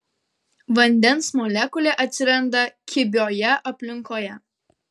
vandens molekulė atsiranda kibioje aplinkoje